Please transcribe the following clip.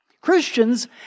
Christians